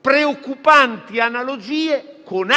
preoccupanti analogie con